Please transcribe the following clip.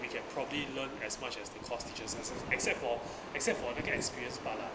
we can probably learn as much as the course teaches us except for except for 那个 experience part lah